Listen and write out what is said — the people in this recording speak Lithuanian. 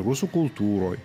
rusų kultūroj